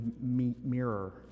mirror